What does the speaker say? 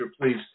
Please